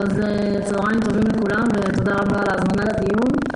צוהריים טובים לכולם ותודה רבה על ההזמנה לדיון.